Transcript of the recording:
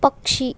पक्षी